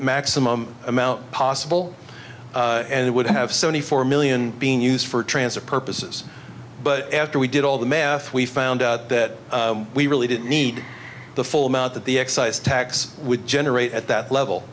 maximum amount possible and it would have seventy four million being used for transfer purposes but after we did all the math we found out that we really didn't need the full amount that the excise tax would generate at that level